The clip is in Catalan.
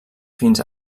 fins